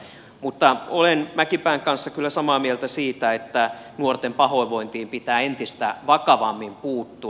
mutta olen mäkipään kanssa kyllä samaa mieltä siitä että nuorten pahoinvointiin pitää entistä vakavammin puuttua